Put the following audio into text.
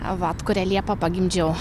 vat kurią liepą pagimdžiau